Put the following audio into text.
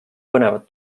põnevat